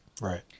Right